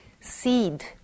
seed